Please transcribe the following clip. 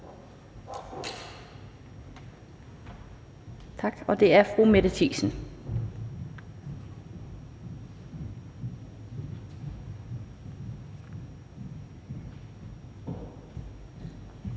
og det er fru Mette Thiesen.